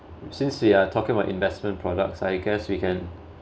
since you are talking about investment products I guess we can